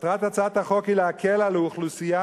מטרת הצעת החוק היא להקל על האוכלוסייה